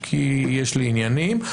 כי יש להם עניינים,